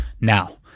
Now